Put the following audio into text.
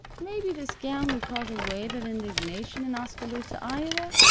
maybe this gown would cause a wave of indignation in oskaloosa, iowa,